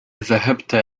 ذهبت